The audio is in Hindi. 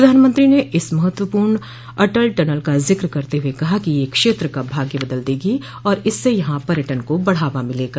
प्रधानमंत्री ने इस महत्वपूर्ण अटल टनल का जिक्र करते हुए कहा कि यह क्षेत्र का भाग्य बदल देगी और इससे यहां पर्यटन को बढ़ावा मिलेगा